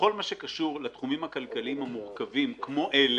בכל מה שקשור לתחומים הכלכליים המורכבים כמו אלה,